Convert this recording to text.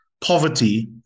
poverty